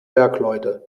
bergleute